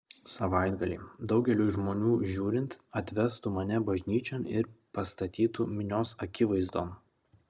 savaitgalį daugeliui žmonių žiūrint atvestų mane bažnyčion ir pastatytų minios akivaizdon